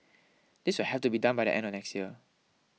this will have to be done by the end of next year